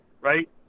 right